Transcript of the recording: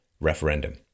referendum